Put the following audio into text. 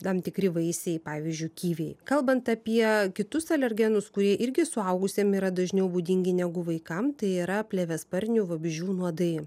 tam tikri vaisiai pavyzdžiui kiviai kalbant apie kitus alergenus kurie irgi suaugusiam yra dažniau būdingi negu vaikam tai yra plėviasparnių vabzdžių nuodai